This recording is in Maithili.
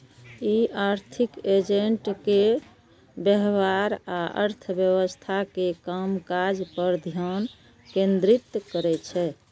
ई आर्थिक एजेंट के व्यवहार आ अर्थव्यवस्था के कामकाज पर ध्यान केंद्रित करै छै